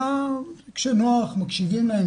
אלא כשנוח מקשיבים להם,